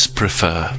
prefer